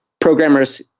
Programmers